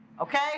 Okay